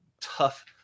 tough